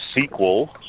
sequel